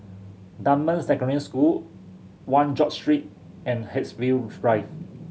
Dunman Secondary School One George Street and Haigsville Drive